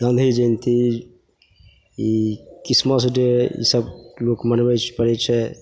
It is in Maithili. गाँधी जयन्ती ई क्रिसमस डे ईसब लोक मनबै छै पड़ै छै